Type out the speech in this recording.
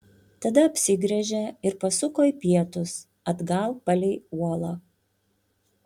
tada apsigręžė ir pasuko į pietus atgal palei uolą